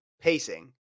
pacing